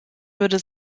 würde